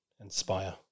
inspire